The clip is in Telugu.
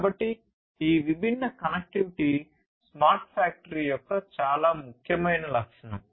కాబట్టి ఈ విభిన్న కనెక్టివిటీ స్మార్ట్ ఫ్యాక్టరీ యొక్క చాలా ముఖ్యమైన లక్షణం